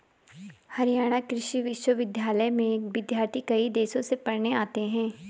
हरियाणा कृषि विश्वविद्यालय में विद्यार्थी कई देशों से पढ़ने आते हैं